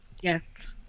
Yes